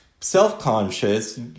self-conscious